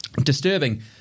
disturbing